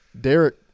Derek